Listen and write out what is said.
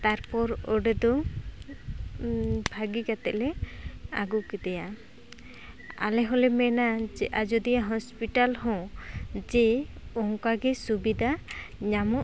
ᱛᱟᱨᱯᱚᱨ ᱚᱸᱰᱮ ᱫᱚ ᱵᱷᱟᱜᱤ ᱠᱟᱛᱮᱫᱞᱮ ᱟᱹᱜᱩ ᱠᱮᱫᱮᱭᱟ ᱟᱞᱮ ᱦᱚᱸᱞᱮ ᱢᱮᱱᱟ ᱡᱮ ᱟᱡᱚᱫᱤᱭᱟᱹ ᱦᱚᱸᱥᱯᱤᱴᱟᱞ ᱦᱚᱸ ᱡᱮ ᱚᱱᱠᱟᱜᱮ ᱥᱩᱵᱤᱫᱟ ᱧᱟᱢᱚᱜ